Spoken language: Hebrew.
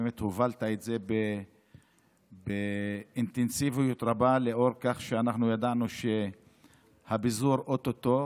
והובלת את זה באינטנסיביות רבה לאור כך שאנחנו ידענו שהפיזור או-טו-טו,